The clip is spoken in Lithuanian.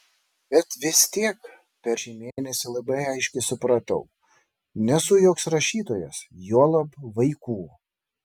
bet vis tiek per šį mėnesį labai aiškiai supratau nesu joks rašytojas juolab vaikų